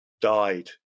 died